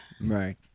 Right